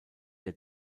der